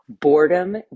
Boredom